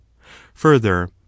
further